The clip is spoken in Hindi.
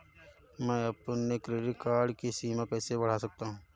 मैं अपने क्रेडिट कार्ड की सीमा कैसे बढ़ा सकता हूँ?